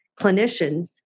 clinicians